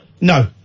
No